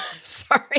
Sorry